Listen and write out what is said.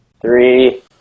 three